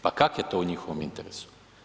Pa kak je to u njihovom interesu?